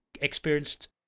experienced